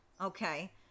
Okay